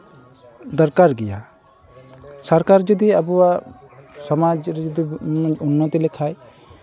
ᱫᱚᱨᱠᱟᱨ ᱜᱮᱭᱟ ᱥᱚᱨᱠᱟᱨ ᱡᱩᱫᱤ ᱟᱵᱳᱣᱟᱜ ᱥᱚᱢᱟᱡᱽ ᱡᱩᱫᱤ ᱩᱱᱱᱚᱛᱤ ᱞᱮᱠᱷᱟᱡ